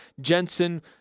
Jensen